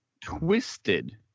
twisted